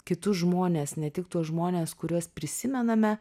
kitus žmones ne tik tuos žmones kuriuos prisimename